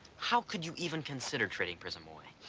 how could you even consider trading prism away?